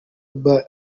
bar